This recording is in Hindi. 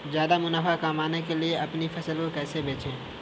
ज्यादा मुनाफा कमाने के लिए अपनी फसल को कैसे बेचें?